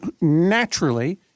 naturally